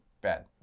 bad